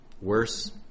worse